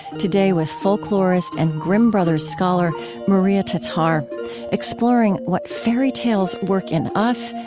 today with folklorist and grimm brothers scholar maria tatar exploring what fairy tales work in us,